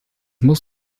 muss